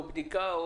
או בדיקה?